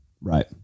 Right